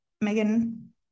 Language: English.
Megan